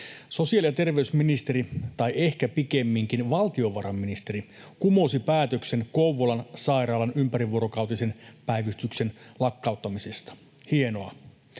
Sosiaali- ja terveysministeri, tai ehkä pikemminkin valtiovarainministeri, kumosi päätöksen Kouvolan sairaalan ympärivuorokautisen päivystyksen lakkauttamisesta — hienoa.